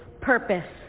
purpose